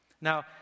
Now